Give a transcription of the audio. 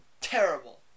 terrible